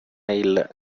இல்ல